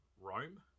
Rome